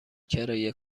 کرایه